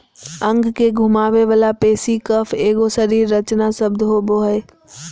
अंग के घुमावे वाला पेशी कफ एगो शरीर रचना शब्द होबो हइ